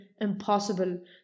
impossible